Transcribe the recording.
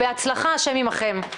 בהצלחה, השם עימכם.